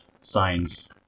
signs